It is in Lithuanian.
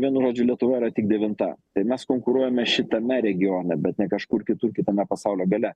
vienu žodžiu lietuva yra tik devinta tai mes konkuruojame šitame regione bet ne kažkur kitur kitame pasaulio gale